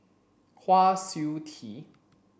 Kwa Siew Tee